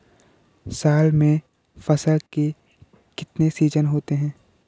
साल में फसल के कितने सीजन होते हैं?